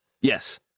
Yes